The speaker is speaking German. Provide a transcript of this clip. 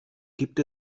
gibt